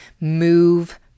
move